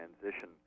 transition